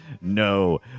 No